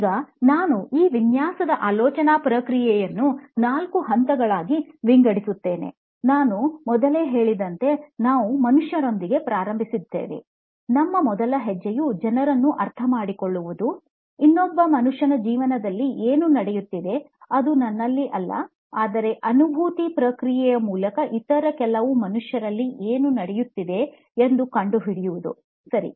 ಈಗ ನಾನು ಈ ವಿನ್ಯಾಸದ ಆಲೋಚನಾ ಪ್ರಕ್ರಿಯೆಯನ್ನು ನಾಲ್ಕು ಹಂತಗಳಾಗಿ ವಿಂಗಡಿಸುತ್ತೇನೆನಾನು ಮೊದಲೇ ಹೇಳಿದಂತೆನಾವು ಮನುಷ್ಯನೊಂದಿಗೆ ಪ್ರಾರಂಭಿಸುತ್ತೇವೆ ನಮ್ಮ ಮೊದಲ ಹೆಜ್ಜೆಯು ಜನರನ್ನು ಅರ್ಥಮಾಡಿಕೊಳ್ಳುವುದು ಇನ್ನೊಬ್ಬ ಮನುಷ್ಯನ ಜೀವನದಲ್ಲಿ ಏನು ನಡೆಯುತ್ತಿದೆ ಅದು ನನ್ನಲ್ಲಿ ಅಲ್ಲ ಆದರೆ ಅನುಭೂತಿ ಪ್ರಕ್ರಿಯೆಯ ಮೂಲಕ ಇತರ ಕೆಲವು ಮನುಷ್ಯರಲ್ಲಿ ಏನು ನಡೆಯುತ್ತಿದೆ ಎಂದು ಕಂಡುಹಿಡಿಯುವುದು ಸರಿ